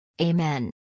Amen